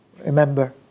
remember